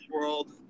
world